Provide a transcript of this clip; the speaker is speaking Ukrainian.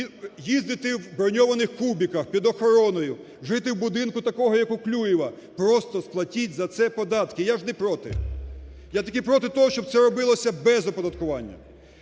їздити в броньованих "кубиках" під охороною, жити в будинку такому, як у Клюєва, просто сплатіть за це податки. Я не проти, я тільки проти того, щоб це робилося без оподаткування.